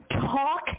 talk